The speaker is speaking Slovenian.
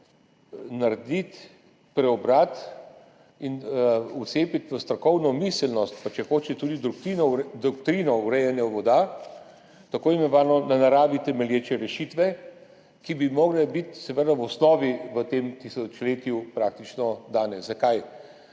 narediti preobrat in vcepiti v strokovno miselnost, pa če hočete tudi doktrino o urejanju voda, tako imenovane na naravi temelječe rešitve, ki bi morale biti seveda v osnovi v tem tisočletju praktično dane. Zakaj?